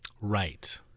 Right